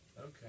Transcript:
Okay